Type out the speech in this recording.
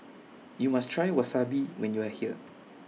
YOU must Try Wasabi when YOU Are here